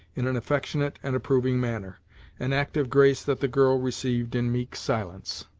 in an affectionate and approving manner an act of grace that the girl received in meek silence.